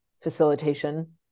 facilitation